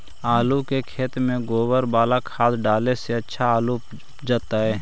आलु के खेत में गोबर बाला खाद डाले से अच्छा आलु उपजतै?